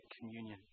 communion